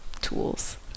tools